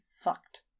fucked